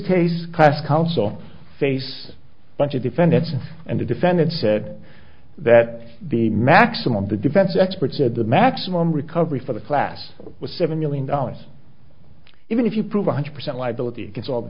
case class council face bunch of defendants and the defendant said that the maximum the defense experts said the maximum recovery for the class was seven million dollars even if you prove one hundred percent liability it's all